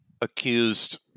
accused